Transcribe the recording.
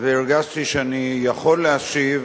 והרגשתי שאני יכול להשיב.